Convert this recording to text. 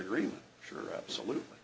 agreement sure absolutely